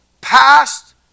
past